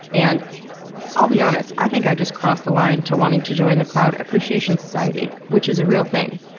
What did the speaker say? and i'll be honest, i think i just crossed the line to wanting to join the cloud appreciation society, which is a real thing.